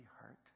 hurt